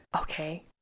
okay